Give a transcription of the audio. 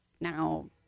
now